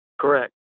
Correct